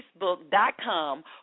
Facebook.com